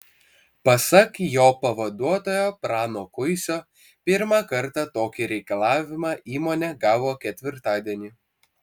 pasak jo pavaduotojo prano kuisio pirmą kartą tokį reikalavimą įmonė gavo ketvirtadienį